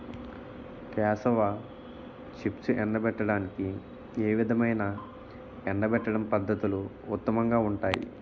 Cassava చిప్స్ను ఎండబెట్టడానికి ఏ విధమైన ఎండబెట్టడం పద్ధతులు ఉత్తమంగా ఉంటాయి?